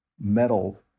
metal